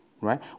right